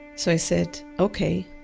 so i said ok.